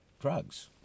drugs